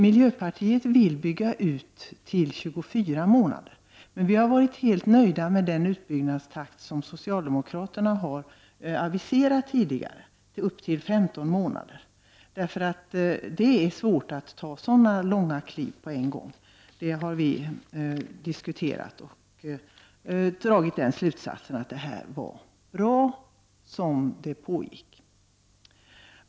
Miljöpartiet vill bygga ut till 24 månader, men vi har varit helt nöjda med den utbyggnadstakt som socialdemokraterna tidigare har aviserat, upp till 15 månader, för det är svårt att ta långa kliv på en gång. Vi har diskuterat detta och dragit slutsatsen att det var bra som det hade skisserats.